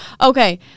okay